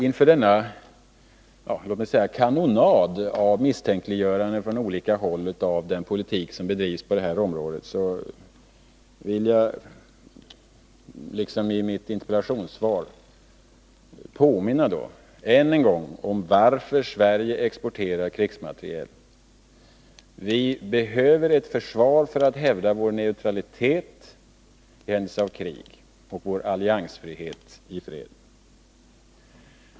Inför låt mig säga den kanonad av misstänkliggöranden från olika håll av den politik som bedrivs på detta område vill jag, liksom skett i mitt interpellationssvar, ännu en gång påminna om varför Sverige exporterar krigsmateriel. Vi behöver ett försvar för att hävda vår neutralitet i händelse av krig och vår alliansfrihet i fred.